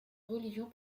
religion